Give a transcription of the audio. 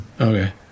Okay